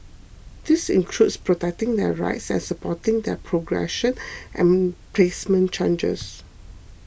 this includes protecting their rights and supporting their progression and placement chances